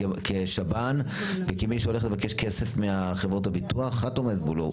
כשב"ן וכמי שהולך לבקש כסף מחברת הביטוח את עומדת מולו.